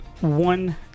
one